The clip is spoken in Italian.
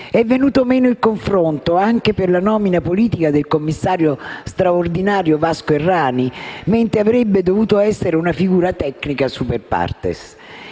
È venuto meno il confronto, anche per la nomina politica del commissario straordinario Vasco Errani, mentre avrebbe dovuto essere una figura tecnica *super partes*.